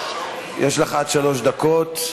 יש לך עד שלוש דקות.